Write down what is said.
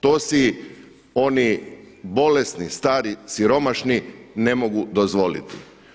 To si oni bolesni, stari, siromašni ne mogu dozvoliti.